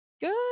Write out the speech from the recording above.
Good